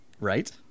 Right